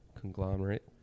conglomerate